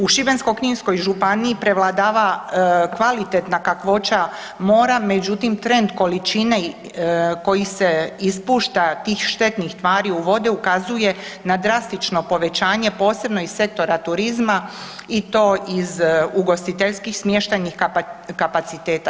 U Šibensko-kninskoj županiji prevladava kvalitetna kakvoća mora, međutim trend količine koji se ispušta tih štetnih tvari u vodu ukazuje na drastično povećavanje, posebno iz sektora turizma i to iz ugostiteljskih smještajnih kapaciteta.